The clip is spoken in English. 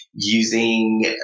using